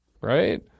Right